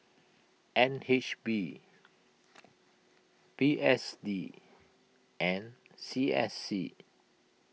N H B P S D and C S C